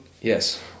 Yes